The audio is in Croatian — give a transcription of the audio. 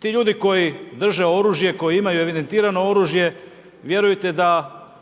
ti ljudi koji drže oružje, koji imaju evidentirano oružje vjerujte da